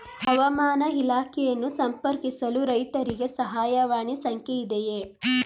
ಹವಾಮಾನ ಇಲಾಖೆಯನ್ನು ಸಂಪರ್ಕಿಸಲು ರೈತರಿಗೆ ಸಹಾಯವಾಣಿ ಸಂಖ್ಯೆ ಇದೆಯೇ?